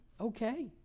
okay